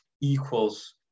equals